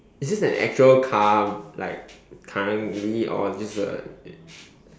is this an actual car like currently or just a